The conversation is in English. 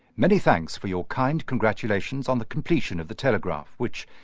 many thanks for your kind congratulations on the completion of the telegraph which,